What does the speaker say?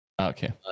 okay